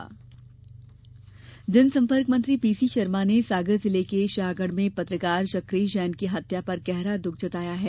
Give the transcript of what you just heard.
पत्रकार हत्या जनसम्पर्क मंत्री पीसी शर्मा ने सागर जिले के शाहगढ़ में पत्रकार चक्रेश जैन की हत्या पर गहरा दुख जताया है